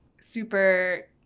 super